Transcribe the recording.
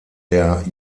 der